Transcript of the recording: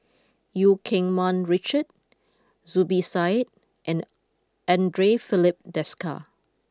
Eu Keng Mun Richard Zubir Said and Andre Filipe Desker